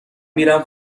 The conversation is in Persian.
میرم